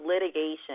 litigation